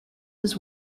his